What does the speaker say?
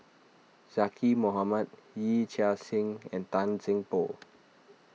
Zaqy Mohamad Yee Chia Hsing and Tan Seng Poh